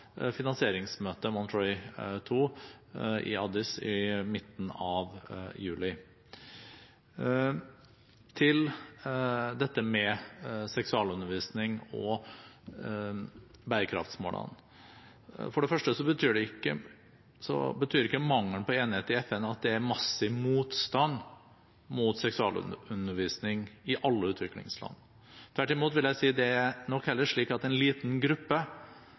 finansieringsmøtet Monterrey 2, i Addis i midten av juli. Til dette med seksualundervisning og bærekraftmålene: For det første betyr ikke mangel på enighet i FN at det er massiv motstand mot seksualundervisning i alle utviklingsland. Tvert imot vil jeg si at det er nok heller slik at det er en liten gruppe